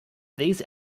these